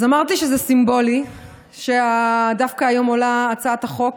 אז אמרתי שזה סימבולי שדווקא היום עולה הצעת החוק,